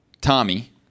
Tommy